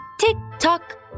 tick-tock